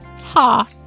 Ha